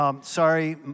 Sorry